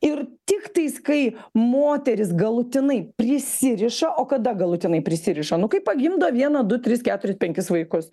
ir tik tais kai moteris galutinai prisiriša o kada galutinai prisiriša nu kai pagimdo vieną du tris keturis penkis vaikus